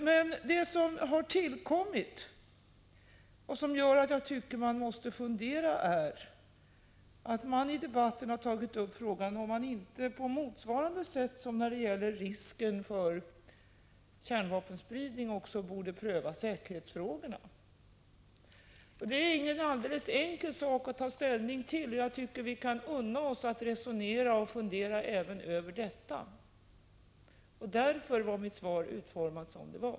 Men det som tillkommit och som jag tycker att vi måste fundera över är att man i debatten tagit upp frågan om man inte på motsvarande sätt som när det gäller risk för kärnvapenspridning borde pröva också säkerhetsfrågorna. Det är ingen alldeles enkel sak att ta ställning till, och jag tycker att vi kan unna oss att resonera och fundera över även detta. Därför var mitt svar utformat som det var.